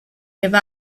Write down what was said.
give